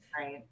Right